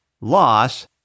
loss